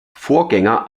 vorgänger